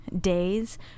days